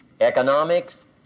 economics